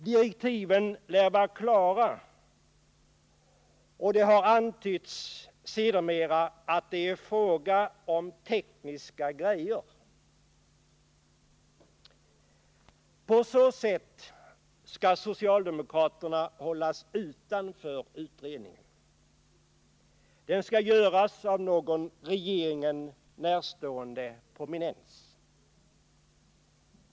Direktiven lär vara klara, och det har antytts att det är fråga om ”tekniska grejor”. På så sätt skall socialdemokraterna hållas utanför utredningen; den skall göras av någon regeringen närstående prominens.